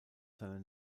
seine